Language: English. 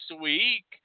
week